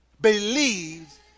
believes